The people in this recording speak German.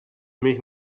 mich